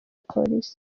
polisi